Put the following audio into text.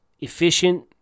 efficient